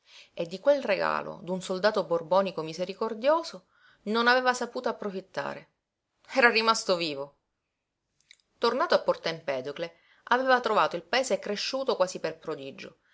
e di quel regalo d'un soldato borbonico misericordioso non aveva saputo approfittare era rimasto vivo tornato a porto empedocle aveva trovato il paese cresciuto quasi per prodigio